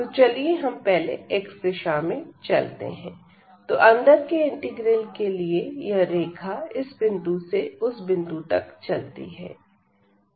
तो चलिए हम पहले xदिशा में चलते हैं तो अंदर के इंटीग्रल के लिए यह रेखा इस बिंदु से उस बिंदु तक चलती है